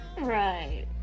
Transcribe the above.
right